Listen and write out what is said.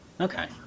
Okay